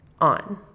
on